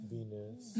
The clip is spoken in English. Venus